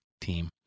team